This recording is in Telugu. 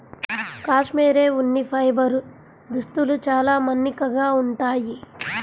కాష్మెరె ఉన్ని ఫైబర్ దుస్తులు చాలా మన్నికగా ఉంటాయి